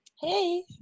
Hey